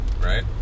Right